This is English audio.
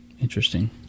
Interesting